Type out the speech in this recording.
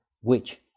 which